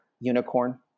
unicorn